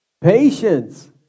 patience